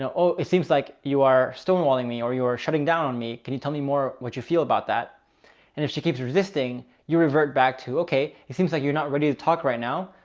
oh, it seems like you are stonewalling me or you are shutting down on me. can you tell me more what you feel about that? and if she keeps resisting, you revert back to, okay, it seems like you're not ready to talk right now.